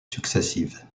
successives